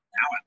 now